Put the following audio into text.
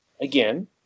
again